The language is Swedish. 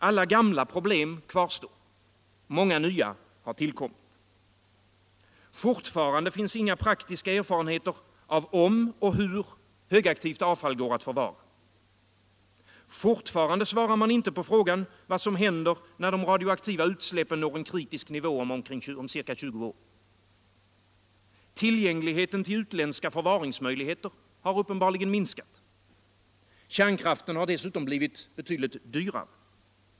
Alla gamla problem kvarstår. Många nya har tillkommit. Fortfarande finns inga praktiska erfarenheter av om och hur högaktivt avfall går att förvara. Fortfarande svarar man inte på frågan vad som händer när de radioaktiva utsläppen når en kritisk nivå om ca 20 år. Tillgängligheten till utländska förvaringsmöjligheter har uppenbarligen minskat. Kärnkraften har dessutom blivit betydligt dyrare.